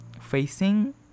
facing